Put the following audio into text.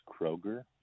Kroger